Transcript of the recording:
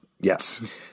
Yes